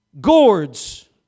gourds